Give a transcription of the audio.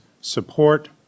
support